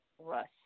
Rush